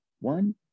One